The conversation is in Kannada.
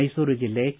ಮೈಸೂರು ಜಿಲ್ಲೆ ಕೆ